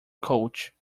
coach